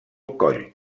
coll